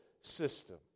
system